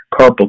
carpal